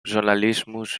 journalismus